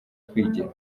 kwigira